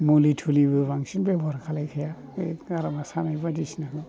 मुलि थुलिबो बांसिन बेब'हार खालामखाया गारामा सानाय बायदिसिनाखौ